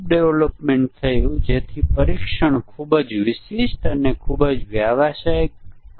debugging પ્રક્રિયા દરમિયાન ભૂલ શોધવા માટે આપણી પાસે ખૂબ જ મર્યાદિત જગ્યા છે અને ડિબગીંગ ખર્ચ અસરકારક છે